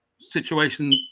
situation